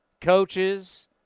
coaches